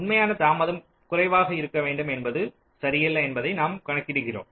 உண்மையான தாமதம் குறைவாக இருக்க வேண்டும் என்பது சரியல்ல என்பதை நான் கணக்கிடுகிறோம்